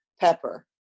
pepper